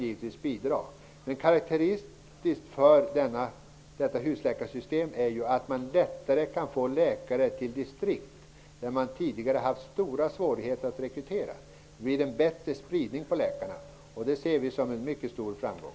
Men det karakteristiska för husläkarsystemet är att det är lättare att få läkare till distrikt där det tidigare har varit stora svårigheter att rekrytera. Det blir en bättre spridning på läkarna. Det ser vi som en mycket stor framgång.